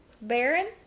Baron